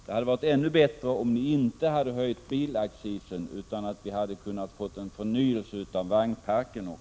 Det hade varit ännu bättre om ni inte höjt bilaccisen. Då hade vi kunnat få en förnyelse av vagnparken också.